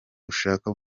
ushaka